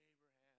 Abraham